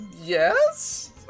yes